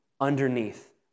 underneath